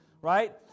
right